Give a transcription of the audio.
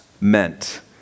meant